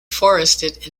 forested